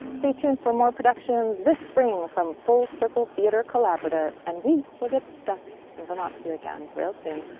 stay tuned for more productions this spring from full circle theater collaborative and we will get stuck in vermont with you again real soon.